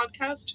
podcast